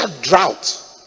drought